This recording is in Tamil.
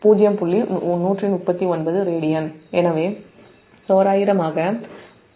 எனவே தோராயமாக 0